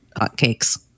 Hotcakes